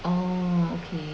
orh okay